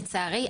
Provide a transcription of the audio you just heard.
לצערי,